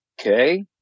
okay